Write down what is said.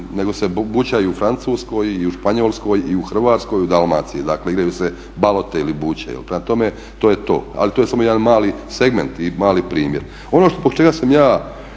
nego se buća i u Francuskoj i u Španjolskoj i u Hrvatskoj i u Dalmaciji, dakle igraju se balote ili buće, prema tome to je to, ali to je samo jedan mali segment i mali primjer. Ono zbog čega sam ja